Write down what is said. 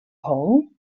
hole